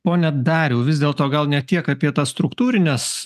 pone dariau vis dėlto gal ne tiek apie tas struktūrines